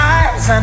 eyes